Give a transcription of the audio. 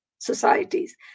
Societies